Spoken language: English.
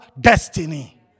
destiny